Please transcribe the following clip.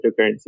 cryptocurrencies